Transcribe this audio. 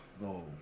no